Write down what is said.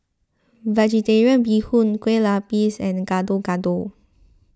Vegetarian Bee Hoon Kueh Lapis and Gado Gado